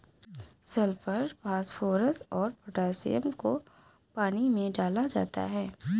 sulphur phosphorus और potassium को पानी में डाला जाता है